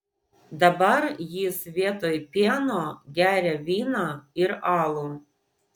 dabar jis vietoj pieno geria vyną ir alų